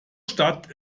stadt